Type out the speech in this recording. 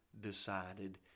decided